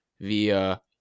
via